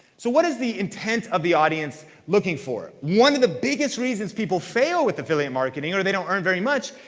so what is the intent of the audience looking for? one of the biggest reasons people fail with affiliate marketing, or they don't earn very much,